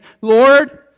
Lord